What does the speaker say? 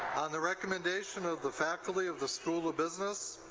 on the recommendation of the faculty of the school of business,